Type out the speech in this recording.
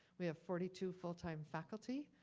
we have forty two full-time faculty.